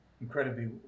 incredibly